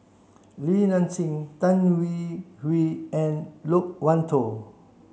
Li Nanxing Tan Hwee Hwee and Loke Wan Tho